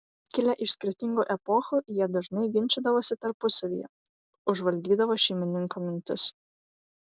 kilę iš skirtingų epochų jie dažnai ginčydavosi tarpusavyje užvaldydavo šeimininko mintis